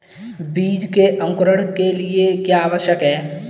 बीज के अंकुरण के लिए क्या आवश्यक है?